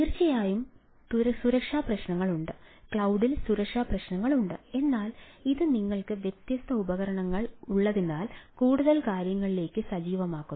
തീർച്ചയായും സുരക്ഷാ പ്രശ്നങ്ങളുണ്ട് ക്ലൌഡിൽ സുരക്ഷാ പ്രശ്നങ്ങളുണ്ട് എന്നാൽ ഇത് നിങ്ങൾക്ക് വ്യത്യസ്ത ഉപകരണങ്ങൾ ഉള്ളതിനാൽ കൂടുതൽ കാര്യങ്ങളിലേക്ക് സജീവമാക്കുന്നു